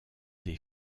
des